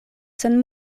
sen